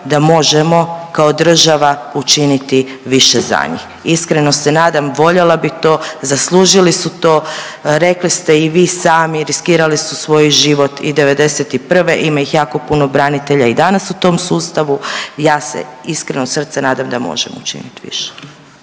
da možemo kao država učiniti više za njih. Iskreno se nadam, voljela bih to, zaslužili su to, rekli ste i vi sami, riskirali su svoj život i '91., ima ih jako puno, branitelja i danas u tom sustavu, ja se iskreno od srca nadam da možemo učiniti više.